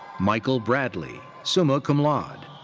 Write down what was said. michael bradley, summa cum laude.